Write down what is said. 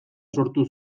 sortu